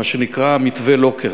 מה שנקרא "מתווה לוקר"